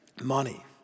money